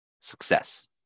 success